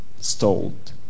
stalled